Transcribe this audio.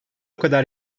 kadar